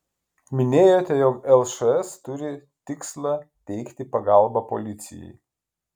minėjote jog lšs turi tikslą teikti pagalbą policijai